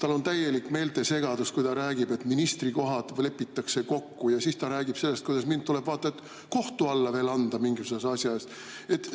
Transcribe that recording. tal on täielik meeltesegadus, kui ta räägib, et ministrikohad lepitakse kokku, ja siis ta räägib sellest, kuidas mind tuleb vaata et kohtu alla anda mingisuguses asjas?